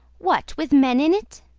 what! with men in it?